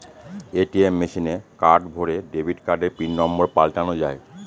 ATM মেশিনে card ভোরে debit কার্ডের পিন নম্বর পাল্টানো যায়